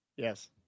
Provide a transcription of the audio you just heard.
Yes